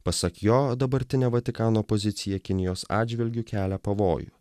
pasak jo dabartinė vatikano pozicija kinijos atžvilgiu kelia pavojų